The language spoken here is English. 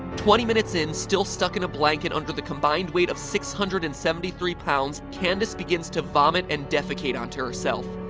twenty minutes in. still stuck in a blanket under the combined weight of six hundred and seventy three pounds, candace begins to vomit and defecate onto herself.